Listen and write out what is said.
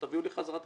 שיביאו לה בחזרה את